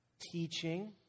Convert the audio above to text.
Teaching